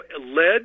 lead